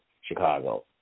Chicago